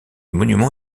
monument